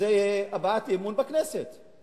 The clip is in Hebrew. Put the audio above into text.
זו הבעת אי-אמון בכנסת.